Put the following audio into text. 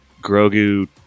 Grogu